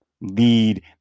lead